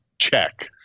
check